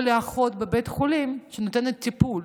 או לאחות בבית חולים שנותנת טיפול